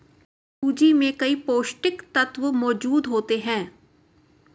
सूजी में कई पौष्टिक तत्त्व मौजूद होते हैं